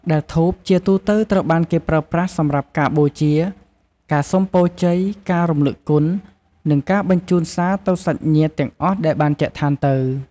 ដែលធូបជាទូទៅត្រូវបានគេប្រើប្រាស់សម្រាប់ការបូជា ការសុំពរជ័យ ការរំលឹកគុណ និងការបញ្ជូនសារទៅសាច់ញាតិទាំងអស់ដែលបានចែកឋានទៅ។